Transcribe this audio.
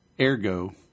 Ergo